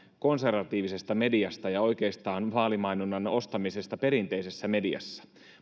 konservatiivisesta mediasta ja oikeastaan vaalimainonnan ostamisesta perinteisessä mediassa